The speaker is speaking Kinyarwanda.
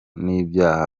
n’ibyaha